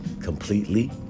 completely